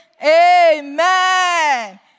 Amen